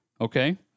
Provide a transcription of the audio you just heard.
Okay